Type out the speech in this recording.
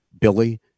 Billy